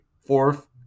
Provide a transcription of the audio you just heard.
fourth